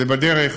שזה בדרך,